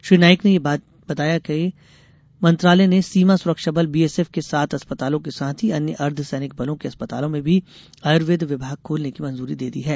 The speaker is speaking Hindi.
श्री नाइक ने यह भी बताया कि गृह मंत्रालय ने सीमा सुरक्षाबल बीएस एफ के सात अस्पतालों के साथ ही अन्य अर्द्वसैनिक बलों के अस्पतालों में भी आयुर्वेद विभाग खोलने की मंजूरी दे दी है